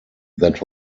that